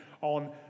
on